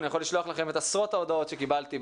אני יכול לשלוח לכם את עשרות ההודעות שקיבלתי,